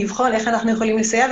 אנחנו נבחן איך אנחנו יכולים לסייע,